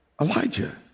Elijah